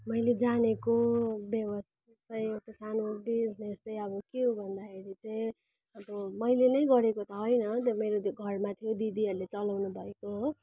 मैले जानेको व्यवसायहरूको सानो डेजमा यस्तै के हो भन्दाखेरि चाहिँ हाम्रो मैले नै गरेको त होइन त्यहाँ मेरो घरमा थियो दिदीहरूले चलाउनुभएको हो